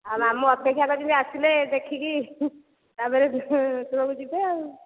ଆଉ ମାମୁଁ ଅପେକ୍ଷା କରିଛନ୍ତି ଆସିଲେ ଦେଖିକି ତା'ପରେ ସବୁ ଯିବେ ଆଉ